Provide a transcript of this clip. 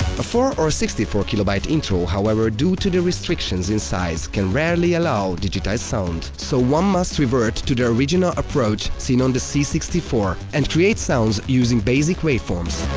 a four or sixty four kilobyte intro, however, due to the restrictions in size, can rarely allow digitized sound, so one must revert to the original approach seen on the c six four, and create sounds using basic waveforms.